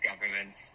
government's